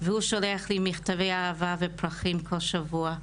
והוא שולח לי מכתבי אהבה ופרחים בכל שבוע,